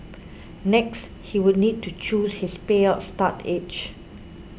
next he would need to choose his payout start age